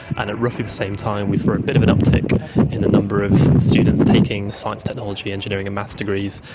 and at roughly the same time we saw a bit of an uptake in the number of students taking science, technology, engineering and maths degrees,